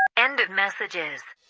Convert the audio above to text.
end of messages